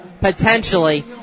potentially